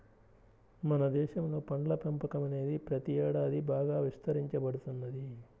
మన దేశంలో పండ్ల పెంపకం అనేది ప్రతి ఏడాది బాగా విస్తరించబడుతున్నది